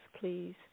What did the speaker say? please